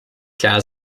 klar